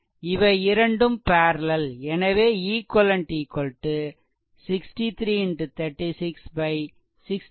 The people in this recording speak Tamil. இவை இரண்டும் பேரலெல் எனவே ஈக்வெலென்ட் 6336 22